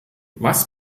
was